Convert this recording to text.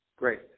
Great